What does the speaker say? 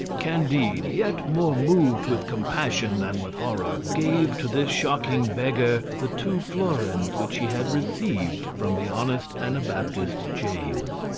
candide, yet more moved with compassion than with horror, gave to this shocking beggar the two florins which he had received from the honest anabaptist james.